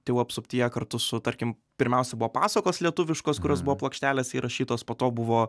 tėvų apsuptyje kartu su tarkim pirmiausia buvo pasakos lietuviškos kurios buvo plokštelėse įrašytos po to buvo